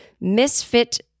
Misfit